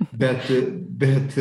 bet bet